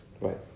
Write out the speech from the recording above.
Right